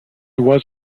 was